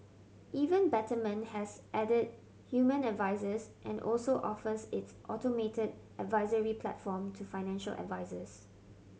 even Betterment has added human advisers and also offers its automated advisory platform to financial advisers